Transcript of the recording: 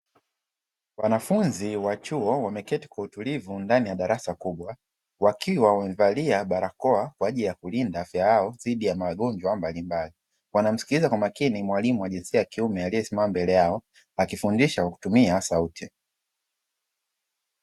Wanafunzi wa chuo wameketi kwa utulivu ndani ya darasa kubwa, wakiwa wamevalia barakoa kwa ajili ya kulinda afya yao dhidi ya magonjwa mbalimbali, wanamsikiliza kwa makini mwalimu wa jinsia ya kiume aliyesimama mbele yao akifundisha kwa kutumia sauti.